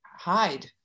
hide